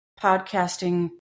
podcasting